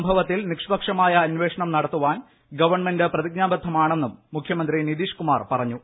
സംഭവത്തിൽ നിക്ഷ്പക്ഷമായ അമ്പേഷണം നടത്താൻ ഗവൺമെന്റ് പ്രതിജ്ഞാബദ്ധമാണെന്നും മുഖ്യമന്ത്രി നിതീഷ്കുമാർ പറഞ്ഞു